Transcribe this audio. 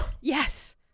yes